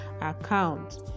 account